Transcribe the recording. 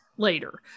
later